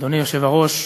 אדוני היושב-ראש,